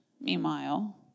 meanwhile